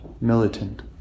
militant